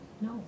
no